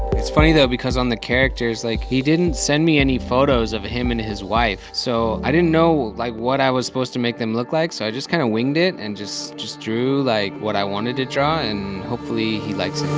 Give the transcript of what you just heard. it's funny though, because on the characters like he didn't send me any photos of him and his wife so, i didn't know like what i was suppose to make them look like so, i just kinda winged it and just just drew like what i wanted to draw and hopefully he likes it